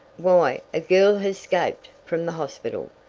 why, a girl has scaped from the hospital.